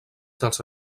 dels